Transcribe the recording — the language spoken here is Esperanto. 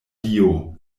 dio